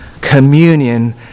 communion